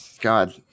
God